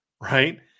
right